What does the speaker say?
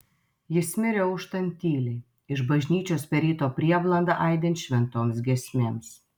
jis mirė auštant tyliai iš bažnyčios per ryto prieblandą aidint šventoms giesmėms